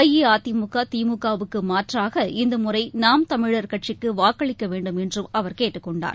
அஇஅதிமுக திமுக வுக்கு மாற்றாக இந்த முறை நாம் தமிழர் கட்சிக்கு வாக்களிக்க வேண்டும் என்றும் அவர் கேட்டுக் கொண்டார்